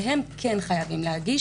שהם כן חייבם להגיש